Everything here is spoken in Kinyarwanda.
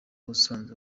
asanzwe